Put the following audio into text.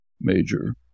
major